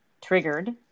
triggered